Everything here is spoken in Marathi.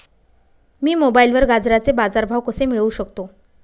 मी मोबाईलवर गाजराचे बाजार भाव कसे मिळवू शकतो?